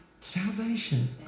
salvation